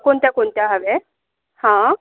कोणत्या कोणत्या हव्या आहे हं